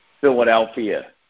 Philadelphia